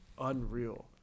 unreal